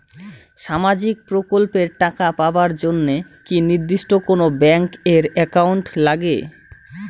সামাজিক প্রকল্পের টাকা পাবার জন্যে কি নির্দিষ্ট কোনো ব্যাংক এর একাউন্ট লাগে?